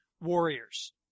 warriors